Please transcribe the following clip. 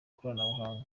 ikoranabuhanga